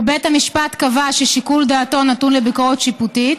ובית המשפט קבע ששיקול דעתו נתון לביקורת שיפוטית,